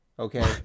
okay